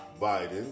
Biden